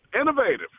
innovative